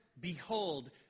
behold